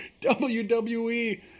WWE